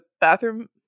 bathroom